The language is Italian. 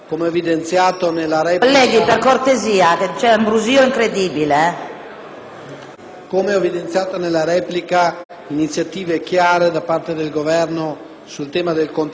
come evidenziato nella replica, ad iniziative chiare da parte del Governo sul tema del contrasto all'attività criminale, e in particolar modo al gioco illecito,